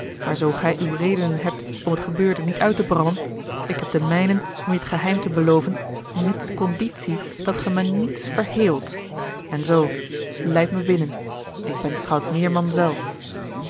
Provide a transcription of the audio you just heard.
maar zoo gij uwe redenen hebt om t gebeurde niet uit te brallen ik heb de mijnen om je t geheim te beloven mits conditie dat ge mij niets verheelt en zoo leid me binnen ik ben schout meerman zelf